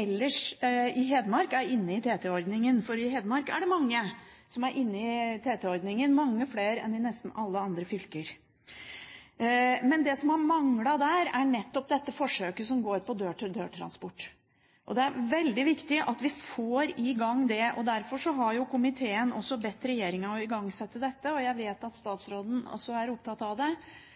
ellers er inne i TT-ordningen i Hedmark, for i Hedmark er det mange som er inne i TT-ordningen, mange flere enn i nesten alle andre fylker. Men det som har manglet der, er nettopp forsøket som går på dør-til-dør-transport. Det er veldig viktig at vi får i gang det. Derfor har komiteen bedt regjeringen igangsette dette, og jeg vet at statsråden også er opptatt av det.